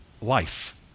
life